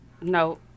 No